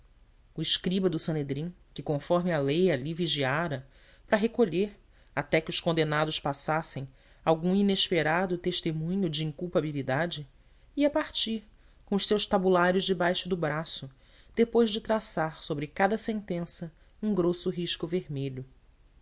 o escriba do sanedrim que conforme à lei ali vigiara para recolher até que os condenados passassem algum inesperado testemunho de inculpabilidade ia partir com os seus tabulários debaixo do braço depois de traçar sobre cada sentença um grosso risco vermelho